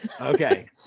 okay